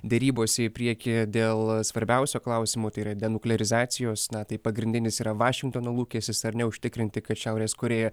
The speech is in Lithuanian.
derybose į priekį dėl svarbiausio klausimo tai yra denuklerizacijos na tai pagrindinis yra vašingtono lūkestis ar neužtikrinti kad šiaurės korėja